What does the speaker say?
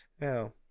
No